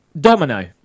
Domino